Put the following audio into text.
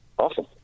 awesome